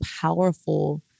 powerful